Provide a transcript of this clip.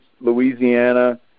Louisiana